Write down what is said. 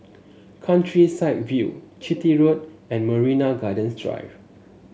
Countryside View Chitty Road and Marina Gardens Drive